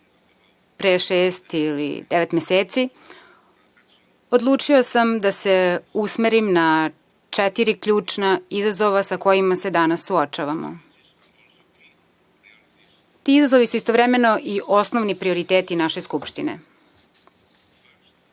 pre šest ili devet meseci, odlučio sam da se usmerim na četiri ključna izazova sa kojima se danas suočavamo. Ti izazovi su istovremeno i osnovni prioriteti naše Skupštine. Prvo,